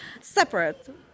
separate